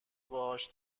باهاش